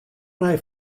nei